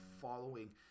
following